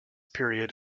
period